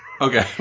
Okay